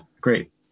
great